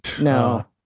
No